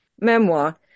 memoir